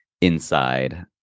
inside